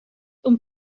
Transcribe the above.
oan